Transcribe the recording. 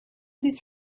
this